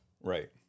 Right